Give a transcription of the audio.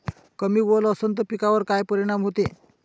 कमी ओल असनं त पिकावर काय परिनाम होते?